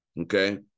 Okay